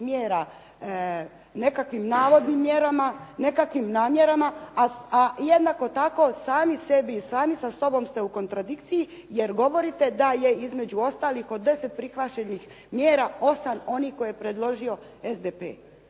mjera nekakvim navodnim mjerama, nekakvim namjerama, a jednako tako sami sebi, sami sa sobom ste u kontradikciji jer govorite da je između ostalih od 10 prihvaćenih mjera 8 onih koje je predložio SDP.